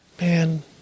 Man